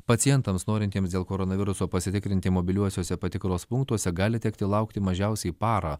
pacientams norintiems dėl koronaviruso pasitikrinti mobiliuosiuose patikros punktuose gali tekti laukti mažiausiai parą